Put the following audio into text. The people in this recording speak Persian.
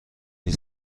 این